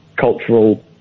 cultural